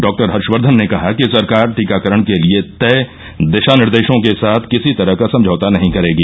doctor Harshvardhan ने कहा कि सरकार टीकाकरण के लिए तय दिशानिर्देशों के साथ किसी तरह का समझौता नहीं करेगी